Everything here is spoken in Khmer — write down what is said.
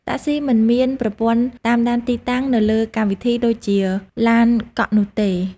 តាក់ស៊ីមិនមានប្រព័ន្ធតាមដានទីតាំង នៅលើកម្មវិធីដូចជាឡានកក់នោះទេ។